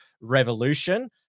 Revolution